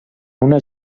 una